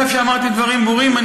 אני חושב שאמרתי דברים ברורים.